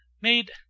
Made